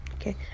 Okay